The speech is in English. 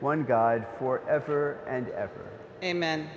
one god for ever and ever amen